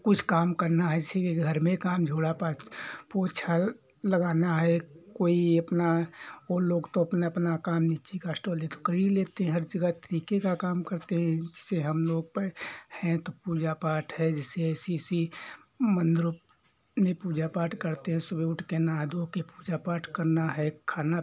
कुछ काम करना है जैसे किसी क घर में काम झोड़ा पोंछा लगाना है कोई अपना ओ लोग तो अपना अपना काम नीची कास्ट वाले तो कर ही लेते हैं हर जगह ठेके का काम करते हैं जैसे हम लोग तो हैं तो पूजा पाठ है जैसे इसी ऐसी मंदिर में पूजा पाठ करते हैं सुबह उठ के नहा धो के पूजा पाठ करना है खाना